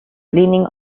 cleaning